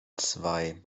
zwei